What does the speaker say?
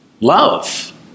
Love